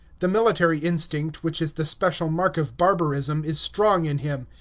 the military instinct, which is the special mark of barbarism, is strong in him.